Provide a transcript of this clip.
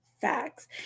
Facts